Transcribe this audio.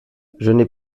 j’ai